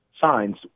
signs